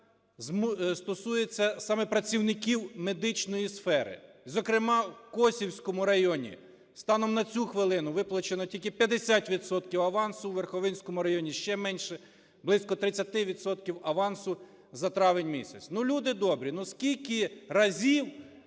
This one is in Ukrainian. стосується саме працівників медичної сфери, зокрема у Косівському районі станом на цю хвилину виплачено тільки 50 відсотків авансу, у Верховинському районі ще менше – близько 30 відсотків авансу за травень місяць. Ну, люди добрі, ну скільки разів